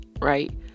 right